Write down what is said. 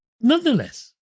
Nonetheless